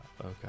Okay